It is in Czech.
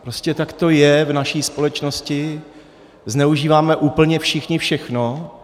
Prostě tak to je v naší společnosti, zneužíváme úplně všichni všechno.